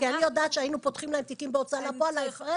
כי אני יודעת שהיינו פותחים להם תיקים בהוצאה לפועל על ההפרש.